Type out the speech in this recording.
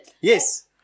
Yes